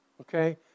Okay